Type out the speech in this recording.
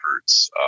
efforts